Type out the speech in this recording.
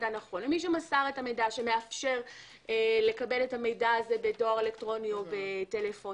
למי שמסר את המידע שמאפשר לקבל את המידע הזה בדוא"ל או בטלפון